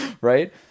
right